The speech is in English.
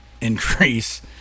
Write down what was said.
increase